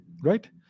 right